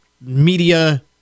media